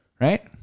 Right